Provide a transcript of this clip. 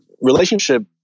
relationship